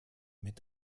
mit